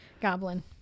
goblin